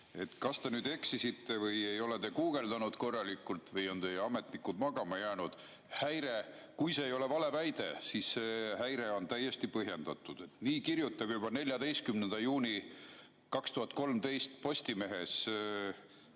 Kas te eksisite või ei ole te guugeldanud korralikult või on teie ametnikud magama jäänud? Kui see ei ole vale väide, siis see häire on täiesti põhjendatud. Nii kirjutab juba 14. juuni 2013 Postimehes